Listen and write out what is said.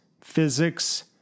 physics